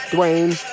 Dwayne